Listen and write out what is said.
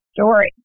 story